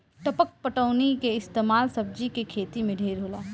टपक पटौनी के इस्तमाल सब्जी के खेती मे ढेर होला